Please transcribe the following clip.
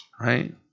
right